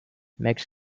makes